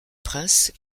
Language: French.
prince